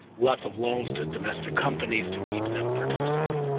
lots of loans to domestic companies to keep them producing.